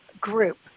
Group